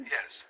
Yes